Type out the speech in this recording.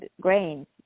grains